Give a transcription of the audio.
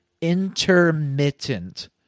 intermittent